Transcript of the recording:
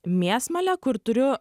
mėsmalę kur turiu